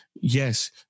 yes